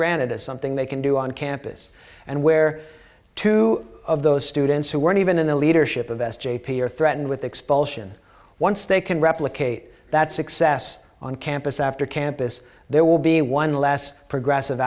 granted as something they can do on campus and where two of those students who weren't even in the leadership of s j p are threatened with expulsion once they can replicate that success on campus after campus there will be one last progressive